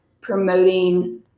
promoting